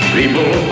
People